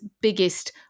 biggest